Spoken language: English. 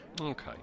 Okay